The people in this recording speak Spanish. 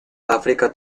áfrica